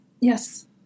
yes